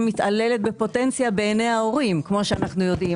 מתעללת בפוטנציה בעיניי ההורים כמו שאנחנו יודעים,